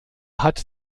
hat